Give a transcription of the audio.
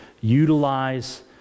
utilize